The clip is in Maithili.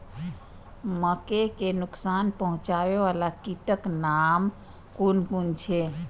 मके के नुकसान पहुँचावे वाला कीटक नाम कुन कुन छै?